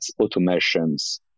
automations